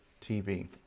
TV